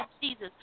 Jesus